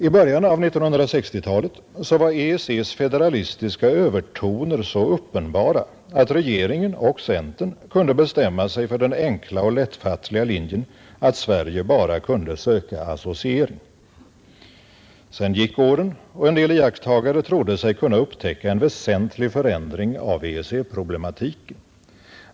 I början av 1960—talet var EEC:s federalistiska övertoner så uppenbara att regeringen och centern kunde bestämma sig för den enkla och lättfattliga linjen att Sverige bara kunde söka associering. Sedan gick åren, och en del iakttagare trodde sig kunna upptäcka en väsentlig förändring av EEC-problematiken.